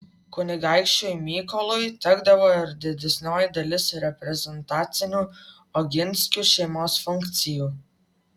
kunigaikščiui mykolui tekdavo ir didesnioji dalis reprezentacinių oginskių šeimos funkcijų